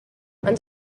ens